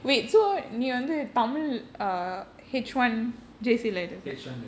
wait so near the A H one J C education